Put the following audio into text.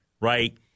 right